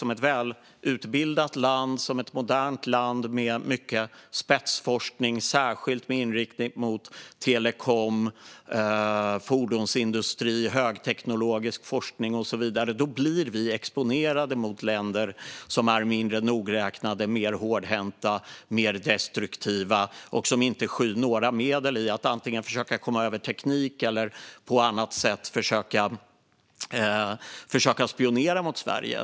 Som ett välutbildat och modernt land med mycket spetsforskning och högteknologisk forskning, särskilt med inriktning mot telekom, fordonsindustri och så vidare, blir vi exponerade mot länder som är mindre nogräknade, mer hårdhänta och mer destruktiva och som inte skyr några medel för att antingen försöka komma över teknik eller på annat sätt försöka spionera på Sverige.